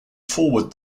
forward